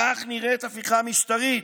כך נראית הפיכה משטרית.